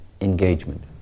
engagement